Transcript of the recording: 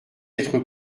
être